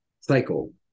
cycle